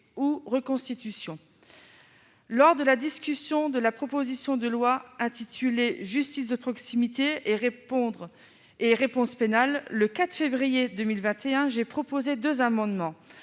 ou reconstitutions. Lors de la discussion de la proposition de loi améliorant l'efficacité de la justice de proximité et de la réponse pénale, le 4 février 2021, j'ai proposé deux amendements